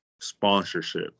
Sponsorship